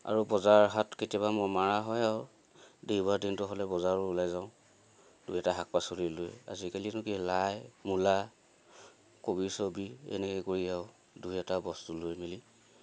আৰু বজাৰ হাত কেতিয়াবা মাৰা হয় আৰু দেওবাৰ দিনটো হ'লে বজাৰো ওলাই যাওঁ দুই এটা শাক পাচলি লৈ আজিকালি আৰু নো কি আৰু লাই মূলা কবি চবি এনেকে কৰি আৰু দুই এটা বস্তু লৈ মেলি